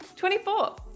24